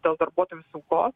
dėl darbuotojų saugos